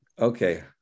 Okay